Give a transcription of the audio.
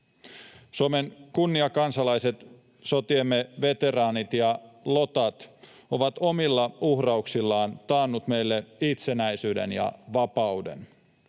Suomen kunniakansalaiset, sotiemme veteraanit ja lotat, ovat omilla uhrauksillaan taanneet meille itsenäisyyden ja vapauden.